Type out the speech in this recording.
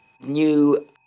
new